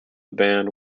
band